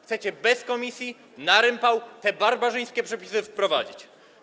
Chcecie bez komisji, na rympał te barbarzyńskie przepisy wprowadzić.